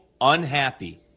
Unhappy